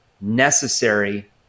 necessary